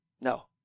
No